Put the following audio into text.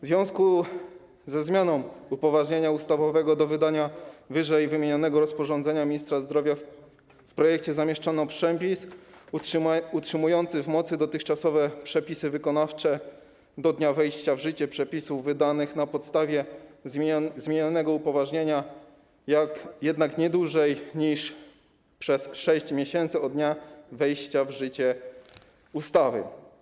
W związku ze zmianą upoważnienia ustawowego do wydania wyżej wymienionego rozporządzenia ministra zdrowia w projekcie zamieszczono przepis utrzymujący w mocy dotychczasowe przepisy wykonawcze do dnia wejścia w życie przepisów wydanych na podstawie zmienianego upoważnienia, jednak nie dłużej niż przez 6 miesięcy od dnia wejścia w życie ustawy.